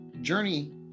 journey